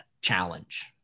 challenge